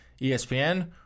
ESPN